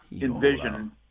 envision